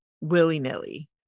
willy-nilly